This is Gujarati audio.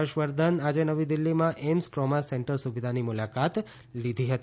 હર્ષવર્ધન આજે નવી દિલ્હીમાં એઈમ્સ ટ્રોમા સેન્ટર સુવિધાની મુલાકાત લીધી હતી